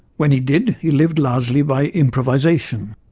when he did, he lived largely by improvisation.